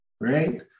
right